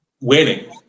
winning